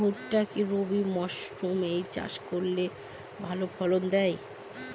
ভুট্টা কি রবি মরসুম এ চাষ করলে ভালো ফলন দেয়?